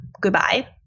goodbye